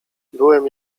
byłem